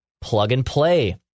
plug-and-play